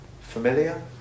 Familiar